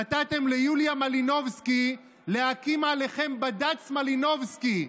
נתתם ליוליה מלינובסקי להקים עליכם בד"ץ מלינובסקי.